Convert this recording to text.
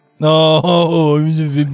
No